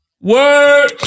Word